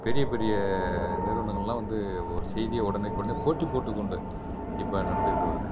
பெரிய பெரிய நிறுவனங்கள்லாம் வந்து ஒரு செய்தியை உடனுக்கொடனே போட்டி போட்டுக்கொண்டு இப்போ நடந்துக்கிட்டு வருது